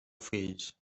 fills